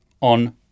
on